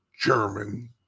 German